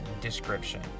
description